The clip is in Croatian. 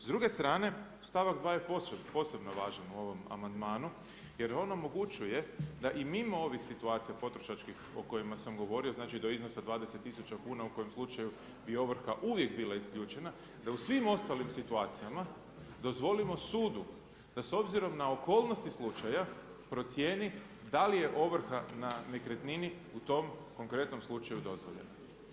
S druge strane, stavak 2. je posebno važan u ovom amandmanu, jer on omogućuje da i mimo ovih situacija potrošačkih o kojima sam govorio, znači do iznosa 20000 kuna u kojem slučaju bi ovrha uvijek bila isključena, da u svim ostalim situacijama dozvolimo sudu da s obzirom na okolnosti slučaja procijeni da li je ovrha na nekretnini u tom konkretnom slučaju dozvoljena.